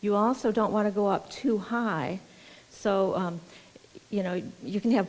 you also don't want to go up too high so you know you can have